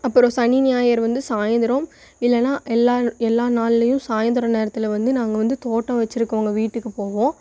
அப்புறோம் சனி ஞாயிறு வந்து சாயந்தரோம் இல்லைனா எல்லார் எல்லா நாள்லையும் சாயந்தரோம் நேரத்தில் வந்து நாங்கள் வந்து தோட்டம் வச்சிருக்கவுங்க வீட்டுக்கு போவோம்